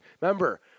Remember